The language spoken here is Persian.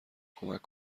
کمک